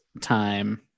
time